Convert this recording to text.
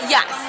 Yes